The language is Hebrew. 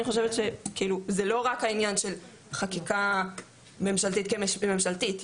זה לא רק העניין של חקיקה ממשלתית כממשלתית,